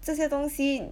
这些东西